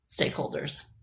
stakeholders